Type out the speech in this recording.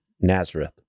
Nazareth